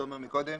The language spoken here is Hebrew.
תומר קודם: